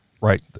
right